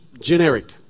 generic